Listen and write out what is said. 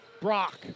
Brock